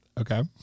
Okay